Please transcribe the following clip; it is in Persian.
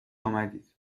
آمدید